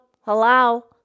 Hello